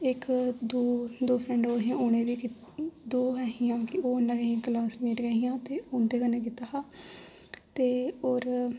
इक दो दो फ्रेन्डां होर हियां उ'नें बी दो ऐ हियां उ'नें बी क्लासमेट गै हियां ते उं'दे कन्नै कीता हा ते होर